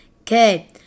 Okay